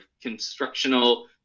constructional